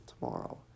tomorrow